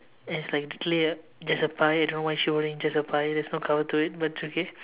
and it's like clear just a pie I don't know why she holding just a pie there's no cover to it but it's okay